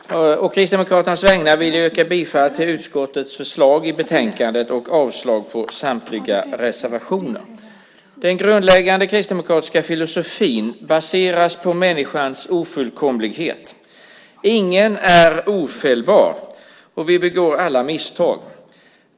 Fru talman! Å Kristdemokraternas vägnar yrkar jag bifall till utskottets förslag i betänkandet och avslag på samtliga reservationer. Den grundläggande kristdemokratiska filosofin baseras på människans ofullkomlighet. Ingen är ofelbar. Alla begår vi misstag.